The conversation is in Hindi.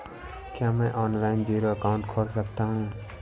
क्या मैं ऑनलाइन जीरो अकाउंट खोल सकता हूँ?